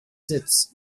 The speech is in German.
sitz